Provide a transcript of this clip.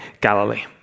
Galilee